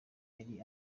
yari